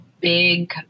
big